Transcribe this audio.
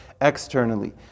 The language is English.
externally